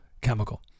chemical